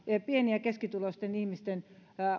pieni ja keskituloisten ihmisten